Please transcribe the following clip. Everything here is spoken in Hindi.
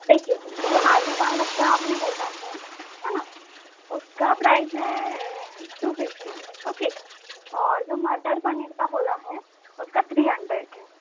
देखिए जो आलू पालक का आपने बोला है है न उसका प्राइस है टु फिफ्टी ओके और जो मटर पनीर का बोल है उसका थ्री हंड्रेड है